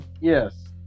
Yes